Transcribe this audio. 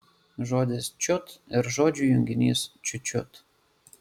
žodis čiut ir žodžių junginys čiut čiut